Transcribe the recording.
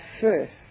first